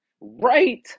right